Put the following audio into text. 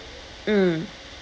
mm